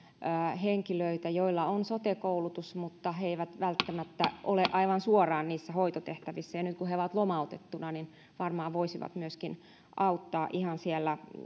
henkilöitä joilla on sote koulutus mutta he eivät välttämättä ole aivan suoraan niissä hoitotehtävissä ja nyt kun he ovat lomautettuina niin he varmaan voisivat myöskin auttaa ihan siellä